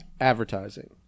advertising